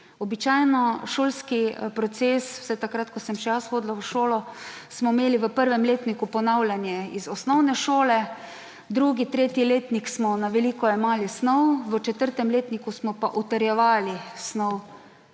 Običajno šolski proces, vsaj takrat, ko sem še jaz hodila v šolo, smo imeli v prvem letniku ponavljanje iz osnovne šole, drugi, tretji letnik smo na veliko jemali snov, v četrtem letniku smo pa utrjevali snov.